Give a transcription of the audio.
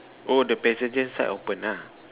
oh the passenger side open ah